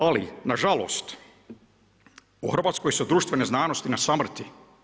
Ali nažalost u Hrvatskoj su društvene znanosti na samrti.